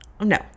no